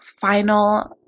final